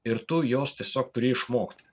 ir tu jos tiesiog turi išmokti